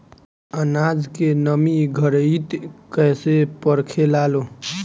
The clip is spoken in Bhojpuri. आनाज के नमी घरयीत कैसे परखे लालो?